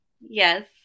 Yes